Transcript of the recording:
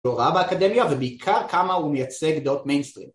לא רע באקדמיה ובעיקר כמה הוא מייצג דעות מיינסטרים